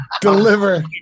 deliver